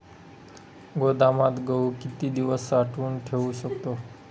गोदामात गहू किती दिवस साठवून ठेवू शकतो?